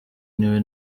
niwe